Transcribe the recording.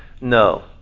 No